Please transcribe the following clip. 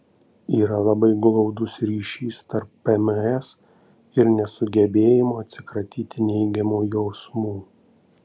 yra labai glaudus ryšys tarp pms ir nesugebėjimo atsikratyti neigiamų jausmų